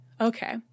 Okay